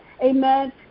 Amen